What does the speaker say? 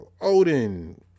Odin